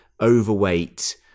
overweight